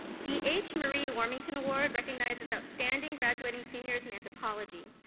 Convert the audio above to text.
the h. marie wormington award recognizes outstanding graduating seniors in anthropology.